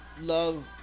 love